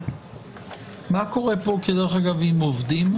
מה קורה כאן עם עובדים?